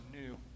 new